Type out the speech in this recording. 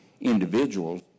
individuals